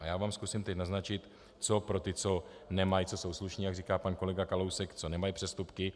A já vám zkusím teď naznačit pro ty, co jsou slušní, jak říká pan kolega Kalousek, co nemají přestupky.